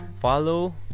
follow